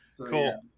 cool